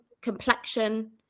complexion